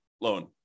loan